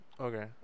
Okay